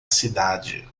cidade